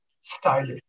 stylish